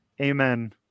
Amen